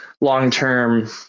long-term